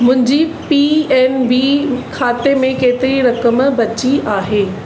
मुंहिंजी P N B खाते में केतिरी रक़म बची आहे